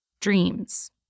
dreams